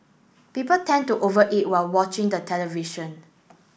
people tend to over eat while watching the television